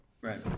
right